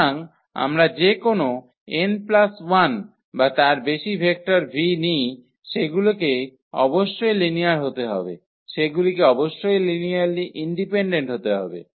সুতরাং আমরা যে কোনও n 1 বা তার বেশি ভেক্টর 𝑉 নিই সেগুলিকে অবশ্যই লিনিয়ার হতে হবে সেগুলিকে অবশ্যই লিনিয়ারলি ইন্ডিপেন্ডেন্ট হতে হবে